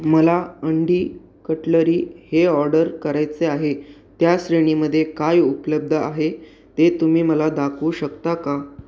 मला अंडी कटलरी हे ऑर्डर करायचे आहे त्या श्रेणीमध्ये काय उपलब्ध आहे ते तुम्ही मला दाखवू शकता का